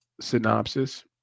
synopsis